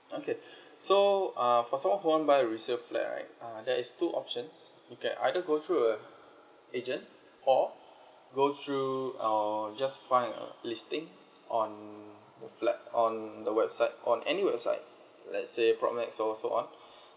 okay so uh for someone who want buy resale flat right uh there is two options you can either go through a agent or go through or just find a listing on a flat on the website on any website let's say from X_O so on